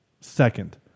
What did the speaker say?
second